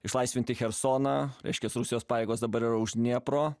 išlaisvinti chersoną reiškias rusijos pajėgos dabar yra už dniepro